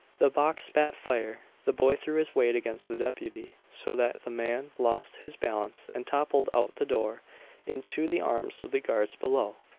the box spat fire. the boy threw his weight against the deputy, so that the man lost his balance and toppled out the door into the arms of the guards below.